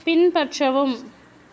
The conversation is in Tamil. பின்பற்றவும்